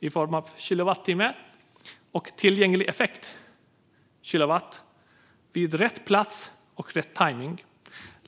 i form av kilowattimmar och tillgänglig effekt i form av kilowatt vid rätt plats och med rätt tajmning.